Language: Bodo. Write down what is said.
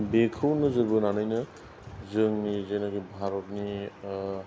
बेखौ नोजोर बोनानैनो जोंनि जेनोखि भारतनि